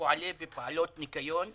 פועלי ופועלות ניקיון,